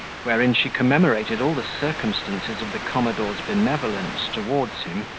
wherein she commemorated all the circumstances of the commodore's benevolence towards him,